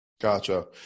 Gotcha